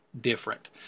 Different